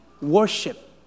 worship